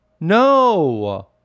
No